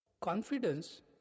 Confidence